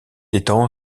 étang